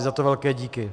Za to velké díky.